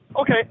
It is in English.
Okay